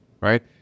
right